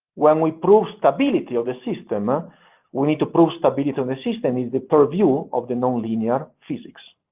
when we prove stability of the system, ah we need to prove stability of the system is the purview of the nonlinear physics.